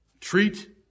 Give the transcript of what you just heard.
treat